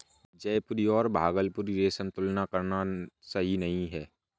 जयपुरी और भागलपुरी रेशम की तुलना करना सही नही है